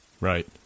Right